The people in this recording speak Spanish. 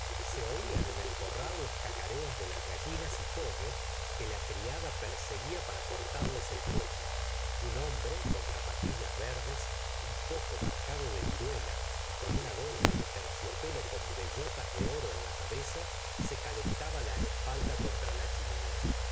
se oían en el corral los cacareos de las gallinas y pollos que la criada perseguía para cortarles el cuello un hombre con zapatillas verdes un poco marcado de viruela y con una gorra de terciopelo con bellotas de oro en la cabeza se calentaba la espalda contra la chimenea